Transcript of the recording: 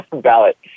ballot